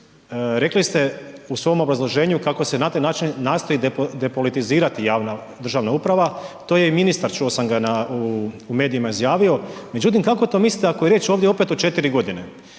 rekli ste u svom obrazloženju, kako se na taj način nastoji depolitizirati javna državna uprava. To je i ministar, čuo sam ga u medijima izjavio, međutim, kako to mislite, ako je riječ ovdje opet o 4 g.?